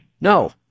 No